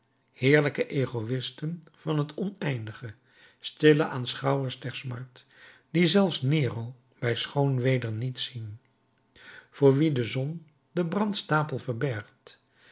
heerlijke egoïsten van het oneindige stille aanschouwers der smart die zelfs nero bij schoon weder niet zien voor wien de zon den brandstapel verbergt